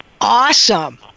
Awesome